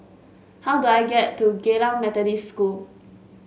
how do I get to Geylang Methodist School